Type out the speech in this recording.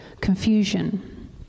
confusion